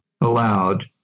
allowed